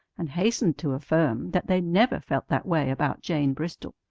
and hastened to affirm that they never felt that way about jane bristol.